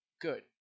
good